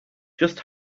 just